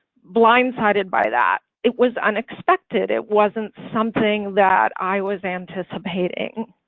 blindsided by that it was unexpected it wasn't something that i was anticipating.